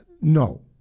no